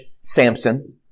Samson